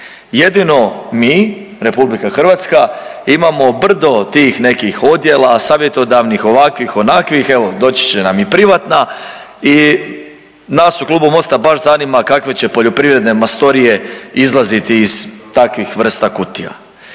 Jedino mi, Republika Hrvatska imamo brdo tih nekih odjela savjetodavnih, ovakvih, onakvih. Evo doći će nam i privatna i nas u klubu MOST-a baš zanima kakve će poljoprivredne majstorije izlaziti iz takvih vrsta kutija.